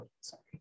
sorry